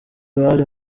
bari